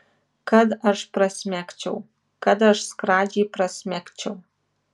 kad aš prasmegčiau kad aš skradžiai prasmegčiau